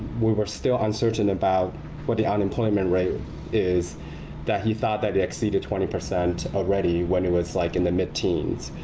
we were still uncertain about what the unemployment rate is that he thought that it exceeded twenty percent already when it was like in the mid teens.